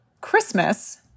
Christmas